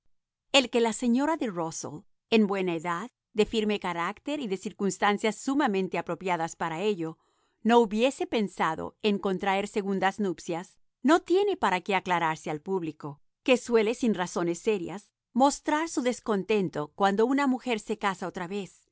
el que la señora de rusell en buena edad de firme carácter y de circunstancias sumamente apropiadas para ello no hubiese pensado en con traer segundas nupcias no tiene para qué aclararse al público que suele sin razones serias mostrar más su descontento cuando una mujer se casa otra vez